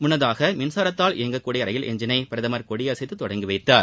முன்னதாக மின்சாரத்தால் இயங்கக் கூடிய ரயில் எஞ்சினை பிரதமர் கொடியசைத்து தொடங்கி வைத்தார்